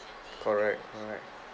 correct correct